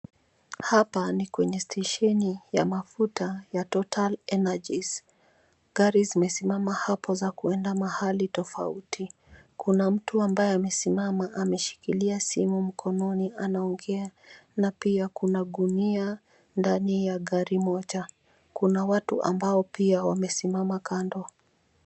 Hapa ni kwenye stesheni ya mafuta ya Total Energies. Gari zimesimama hapo za kuenda mahali tofauti. Kuna mtu ambaye amesimama ameshikilia simu mkononi, anaongea na pia kuna gunia ndani ya gari moja. Kuna watu ambao pia wamesimama kando.